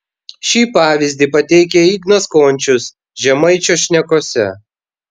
šį pavyzdį pateikia ignas končius žemaičio šnekose